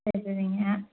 சரி சரிங்க